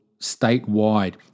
statewide